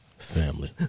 family